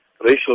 racial